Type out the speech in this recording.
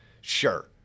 sure